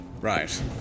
Right